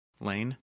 Lane